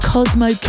Cosmo